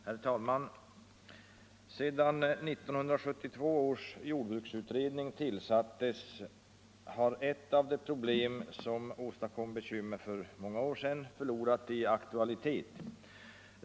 Herr talman! Sedan 1972 års jordbruksutredning tillsattes har ett av de problem som åstadkom bekymmer för många år sedan förlorat i aktualitet.